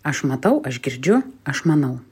aš matau aš girdžiu aš manau